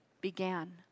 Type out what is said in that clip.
began